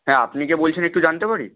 হ্যাঁ আপনি কে বলছেন একটু জানতে পারি